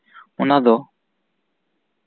ᱚᱱᱟ ᱫᱚ